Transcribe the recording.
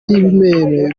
ibimeme